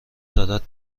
دارد